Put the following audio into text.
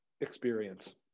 Experience